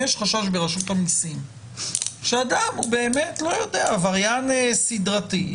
נניח יש חשש ברשות המיסים שאדם הוא עבריין סדרתי.